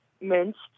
minced